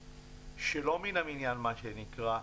שלא מן המניין, מה שנקרא.